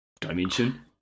dimension